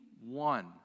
one